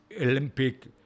Olympic